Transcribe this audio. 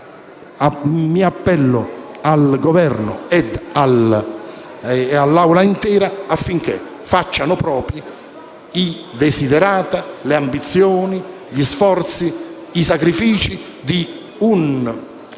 Mi appello al Governo e all'Assemblea intera affinché facciano propri i *desiderata*, le ambizioni, gli sforzi, i sacrifici di una